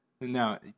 Now